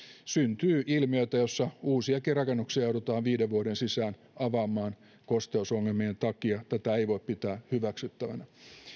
syntyy ilmiöitä joissa uusiakin rakennuksia joudutaan viiden vuoden sisään avaamaan kosteusongelmien takia tätä ei voi pitää hyväksyttävänä